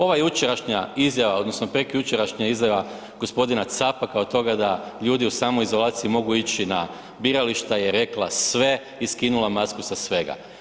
Ova jučerašnja izjava odnosno prekjučerašnja izjava gospodina Capaka od toga da ljudi u samoizolaciji mogu ići na birališta je rekla sve i skinula masku sa svega.